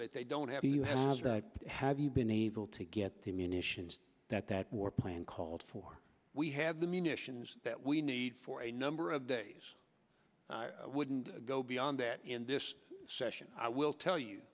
that they don't have to you have to have you been able to get the munitions that that war plan called for we have the munitions that we need for a number of days wouldn't go beyond that in this session i will tell you